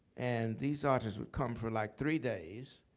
and these artists would come for like three days.